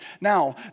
Now